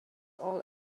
all